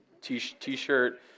T-shirt